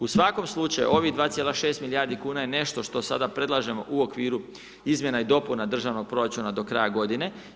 U svakom slučaju, ovih 2,6 milijardi kuna je nešto što sada predlažemo u okviru izmjena i dopuna državnog proračuna do kraja godine.